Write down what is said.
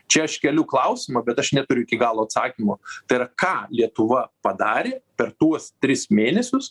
čia aš keliu klausimą bet aš neturiu iki galo atsakymo tai yra ką lietuva padarė per tuos tris mėnesius